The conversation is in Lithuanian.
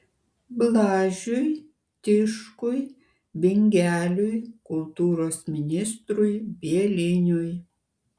blažiui tiškui bingeliui kultūros ministrui bieliniui